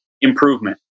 improvement